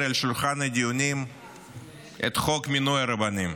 אל שולחן הדיונים את חוק מינוי הרבנים.